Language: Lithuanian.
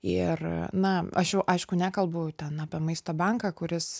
ir na aš jau aišku nekalbu ten apie maisto banką kuris